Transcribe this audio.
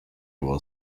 will